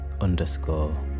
underscore